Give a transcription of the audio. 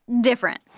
different